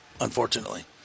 unfortunately